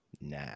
Nah